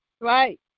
Right